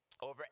over